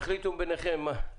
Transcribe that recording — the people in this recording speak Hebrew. תחליטו ביניכם מי מדבר ראשון.